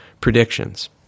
predictions